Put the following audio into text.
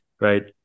right